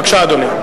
בבקשה, אדוני.